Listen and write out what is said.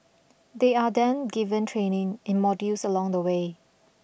they are then given training in modules along the way